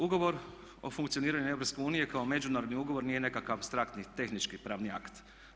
Ugovor o funkcioniranju EU kao međunarodni ugovor nije nekakav straktni, tehnički pravni akt.